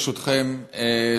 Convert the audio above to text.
ברשותכם,